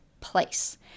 place